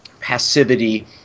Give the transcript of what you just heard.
passivity